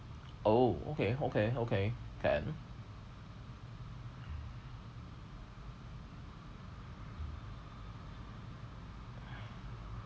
oh okay okay okay can